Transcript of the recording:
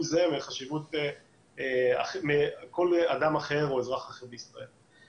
זה מהחשיבות של כל אדם אחר או אזרח אחר בישראל.